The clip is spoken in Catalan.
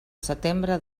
setembre